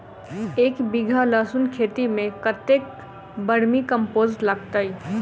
एक बीघा लहसून खेती मे कतेक बर्मी कम्पोस्ट लागतै?